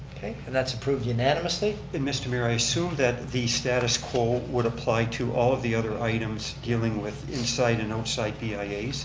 okay and that's approved unanimously. and mr. mayor, i assume that the status quo would apply to all of the other items dealing with inside and outside dias. ah yeah